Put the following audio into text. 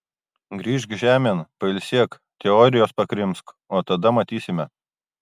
grįžk žemėn pailsėk teorijos pakrimsk o tada matysime